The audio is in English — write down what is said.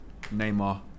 Neymar